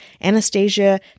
Anastasia